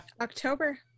October